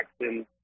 Jackson